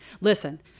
Listen